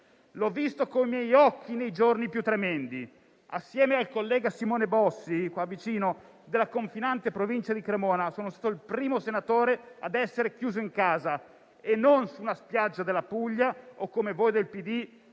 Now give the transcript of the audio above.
l'ho visto coi miei occhi nei giorni più tremendi. Assieme al collega Simone Bossi, che mi siede vicino, della confinante provincia di Cremona, sono stato il primo senatore a essere chiuso in casa e non su una spiaggia della Puglia o, come voi del PD,